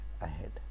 ahead